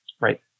right